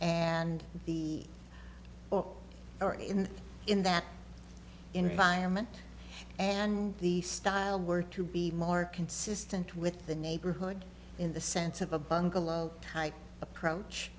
and the books are in in that environment and the style were to be more consistent with the neighborhood in the sense of a bungalow type approach